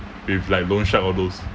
with like loan shark all those